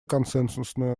консенсусную